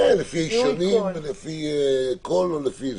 כן, לפי אישונים, לפי קול וכו'.